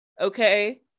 okay